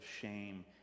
shame